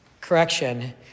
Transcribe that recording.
Correction